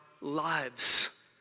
lives